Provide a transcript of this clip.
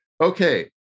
okay